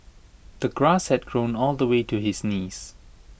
the grass had grown all the way to his knees